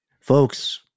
folks